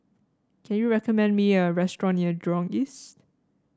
can you recommend me a restaurant near Jurong East